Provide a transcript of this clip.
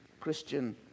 Christian